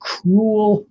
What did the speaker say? cruel